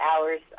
hours